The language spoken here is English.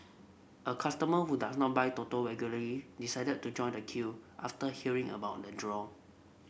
a customer who does not buy Toto regularly decided to join the queue after hearing about the draw